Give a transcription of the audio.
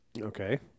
Okay